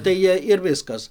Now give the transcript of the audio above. tai jie ir viskas